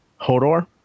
Hodor